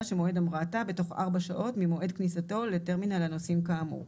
שמועד המראתה בתוך 4 שעות ממועד כניסתו לטרמינל הנוסעים כאמור"."